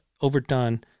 overdone